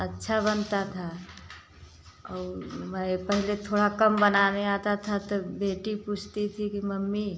अच्छा बनता था और मैं पहले थोड़ा कम बनाने आता था तो बेटी पूछती थी कि मम्मी